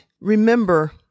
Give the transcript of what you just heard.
Remember